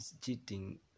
cheating